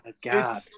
god